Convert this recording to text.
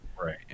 right